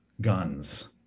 guns